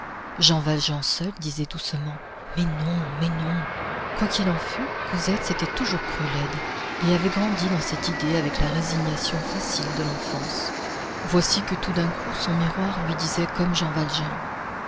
jean valjean seul disait doucement mais non mais non quoi qu'il en fût cosette s'était toujours crue laide et avait grandi dans cette idée avec la résignation facile de l'enfance voici que tout d'un coup son miroir lui disait comme jean valjean